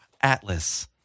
Atlas